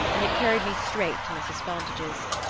and it carried me straight to mrs. fontage's.